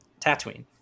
Tatooine